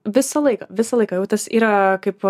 visą laiką visą laiką jau tas yra kaip